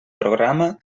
programa